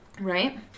Right